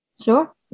Sure